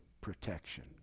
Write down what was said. Protection